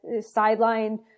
sideline